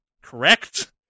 correct